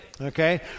Okay